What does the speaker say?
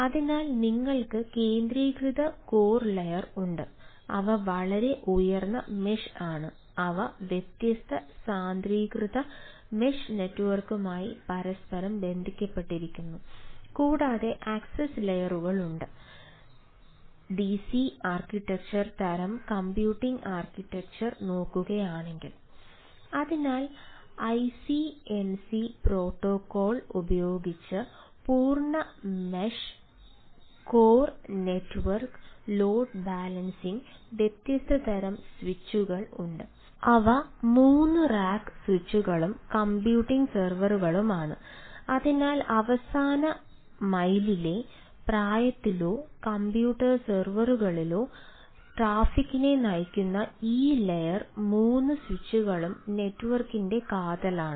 അതിനാൽ ഐസിഎംപി പ്രോട്ടോക്കോൾകാതലാണ്